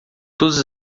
todas